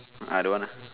I don't want lah